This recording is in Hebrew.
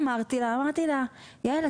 אמרתי לה: יעל,